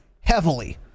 heavily